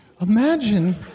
Imagine